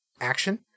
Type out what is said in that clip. action